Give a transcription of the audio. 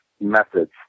methods